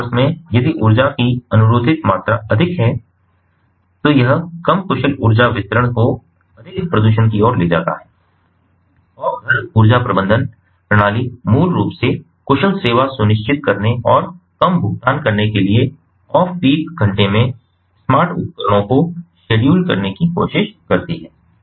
peak hours में यदि ऊर्जा की अनुरोधित मात्रा अधिक है तो यह कम कुशल ऊर्जा वितरण को अधिक प्रदूषण की ओर ले जाता है और घर ऊर्जा प्रबंधन प्रणाली मूल रूप से कुशल सेवा सुनिश्चित करने और कम भुगतान करने के लिए ऑफ पीक घंटे में स्मार्ट उपकरणों को शेड्यूल करने की कोशिश करती है